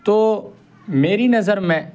تو میری نظر میں